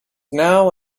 now